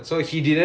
oh